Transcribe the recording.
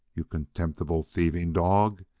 you contemptible, thieving dog!